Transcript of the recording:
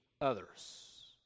others